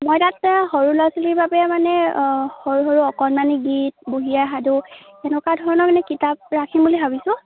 মই তাত সৰু ল'ৰা ছোৱালীৰ বাবে মানে সৰু সৰু অকণমানি গীত বুঢ়ী আই সাধু এনেকুৱা ধৰণৰ মানে কিতাপ ৰাখিম বুলি ভাবিছোঁ